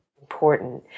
important